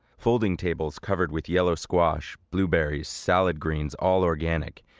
folding tables covered with yellow squash, blueberries, salad greens, all organic.